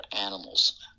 animals